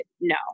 no